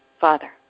Father